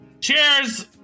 Cheers